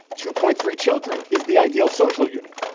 two point three children is the ideal social unit.